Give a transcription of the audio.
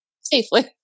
safely